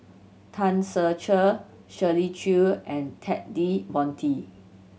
Tan Ser Cher Shirley Chew and Ted De Ponti